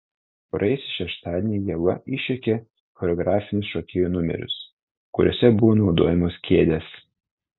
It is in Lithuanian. praėjusį šeštadienį ieva išjuokė choreografinius šokėjų numerius kuriuose buvo naudojamos kėdės